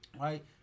right